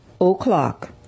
o'clock